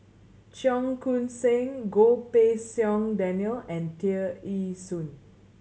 Cheong Koon Seng Goh Pei Siong Daniel and Tear Ee Soon